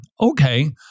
Okay